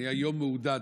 שאני היום מעודד,